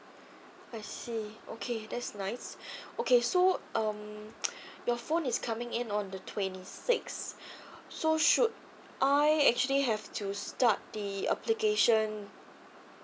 I see okay that's nice okay so um your phone is coming in on the twenty sixth so should I actually have to start the application